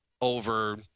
over